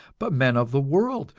but men of the world,